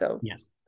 Yes